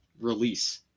release